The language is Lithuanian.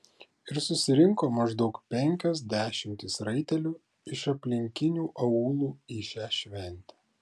ir susirinko maždaug penkios dešimtys raitelių iš aplinkinių aūlų į šią šventę